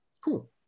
Cool